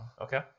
Okay